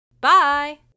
Bye